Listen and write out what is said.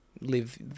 live